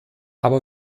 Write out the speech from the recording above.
aber